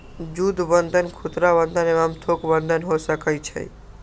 जुद्ध बन्धन खुदरा बंधन एवं थोक बन्धन हो सकइ छइ